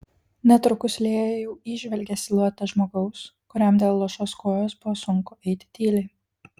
netrukus lėja jau įžvelgė siluetą žmogaus kuriam dėl luošos kojos buvo sunku eiti tyliai